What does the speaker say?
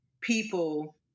people